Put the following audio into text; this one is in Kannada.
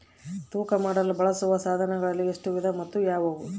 ತೂಕ ಮಾಡಲು ಬಳಸುವ ಸಾಧನಗಳಲ್ಲಿ ಎಷ್ಟು ವಿಧ ಮತ್ತು ಯಾವುವು?